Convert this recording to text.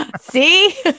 See